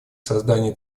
создании